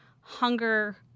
hunger